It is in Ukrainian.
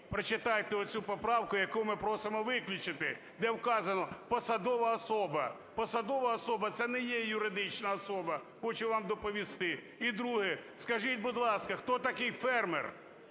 Прочитайте цю поправку, яку ми просимо виключити, де вказано "посадова особа". Посадова особа – це не є юридична особа, хочу вам доповісти. І друге. Скажіть, будь ласка, хто такий фермер,